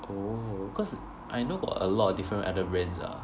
oh cause I know got a lot of different other brands ah